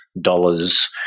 dollars